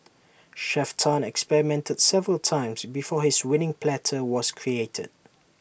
Chef Tan experimented several times before his winning platter was created